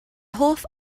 hoff